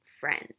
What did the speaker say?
friend